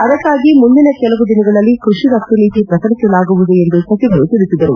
ಅದಕ್ನಾಗಿ ಮುಂದಿನ ಕೆಲವು ದಿನಗಳಲ್ಲಿ ಕೃಷಿ ರಫ್ನು ನೀತಿ ಪ್ರಕಟಿಸಲಾಗುವುದು ಎಂದು ಸಚಿವರು ತಿಳಿಸಿದರು